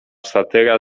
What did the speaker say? satyra